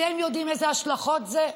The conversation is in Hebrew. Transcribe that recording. אתם יודעים איזה השלכות אלו?